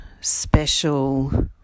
special